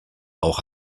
auch